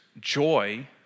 joy